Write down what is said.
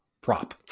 prop